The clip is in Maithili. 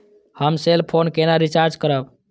हम सेल फोन केना रिचार्ज करब?